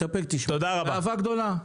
באהבה גדולה.